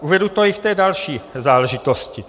Uvedu to i v té další záležitosti.